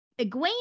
Egwene